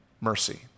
mercy